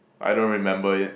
I don't remember it